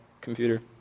computer